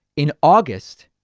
in august,